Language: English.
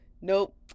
nope